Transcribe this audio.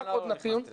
רק עוד נתון.